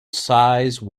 size